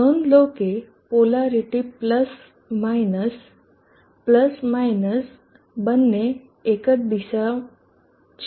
નોંધ લો કે પોલારીટી બંને એક જ દિશા છે